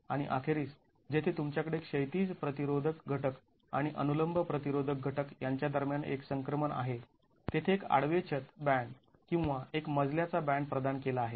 आणि अखेरीस जेथे तुमच्याकडे क्षैतिज प्रतिरोधक घटक आणि अनुलंब प्रतिरोधक घटक यांच्या दरम्यान एक संक्रमण आहे तेथे एक आडवे छत बॅन्ड किंवा एक मजल्याचा बॅन्ड प्रदान केला आहे